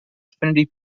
affinity